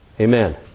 Amen